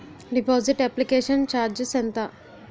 Deposit application charges ఎంత?